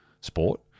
sport